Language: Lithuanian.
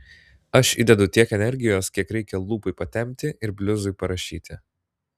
aš įdedu tiek energijos kiek reikia lūpai patempti ir bliuzui parašyti